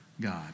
God